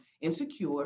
insecure